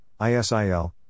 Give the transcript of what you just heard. ISIL